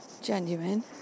genuine